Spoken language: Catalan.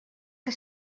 que